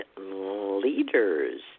leaders